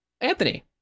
anthony